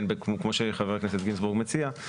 כמו שחבר הכנסת גינזבורג מציע,